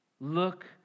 Look